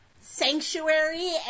sanctuary